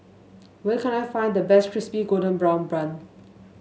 where can I find the best Crispy Golden Brown Bun